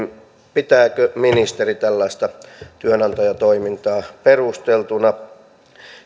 pitääkö ministeri tällaista työnantajatoimintaa perusteltuna